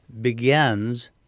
begins